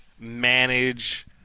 manage